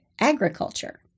agriculture